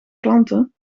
klanten